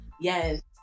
Yes